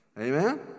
amen